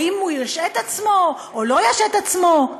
האם הוא ישעה את עצמו או לא ישעה את עצמו?